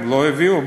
לא הביאו?